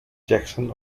jackson